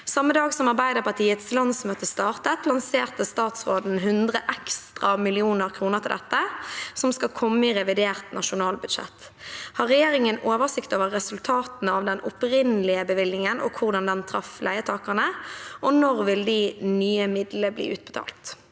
Samme dag som Arbeiderpartiets landsmøte startet, lanserte statsråden 100 ekstra millioner kroner til dette, som skal komme i revidert nasjonalbudsjett. Har regjeringen oversikt over resultatene av den opprinnelige bevilgningen og hvordan den traff leietakere, og når vil de nye midlene bli utbetalt?»